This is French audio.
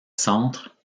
centre